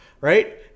right